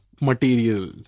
material